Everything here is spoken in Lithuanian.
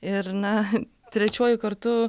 ir na trečiuoju kartu